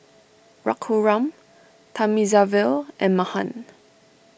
Raghuram Thamizhavel and Mahan